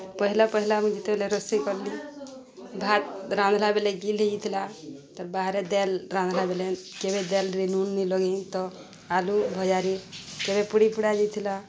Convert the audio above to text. ପହେଲା ପହେଲା ମୁଇଁ ଯେତେବେଲେ ରୋଷେଇ କଲି ଭାତ୍ ରାନ୍ଧ୍ଲି ବେଲେ ଗିଲ୍ ହେଇଯାଇଥିଲା ତ ବାହାରେ ଦାଏଲ୍ ରାନ୍ଧ୍ଲା ବେଲେ କେବେ ଦାଏଲ୍ରେ ନୁନ୍ ନିଲଗେଇ ତ ଆଲୁ ଭଜାରେ କେବେ ପୁଡ଼ି ପୁଡ଼ା ଯାଇଥିଲା